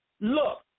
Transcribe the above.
look